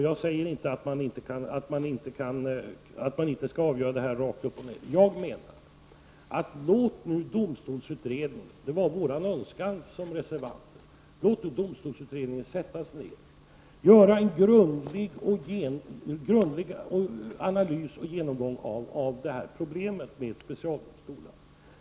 Jag säger inte att man inte skall avgöra saken så att säga rakt upp och ner, men låt domstolsutredningen — det var vår önskan från reservanterna — sätta sig ner och göra en grundlig analys och genomgång av problemet med specialdomstolarna.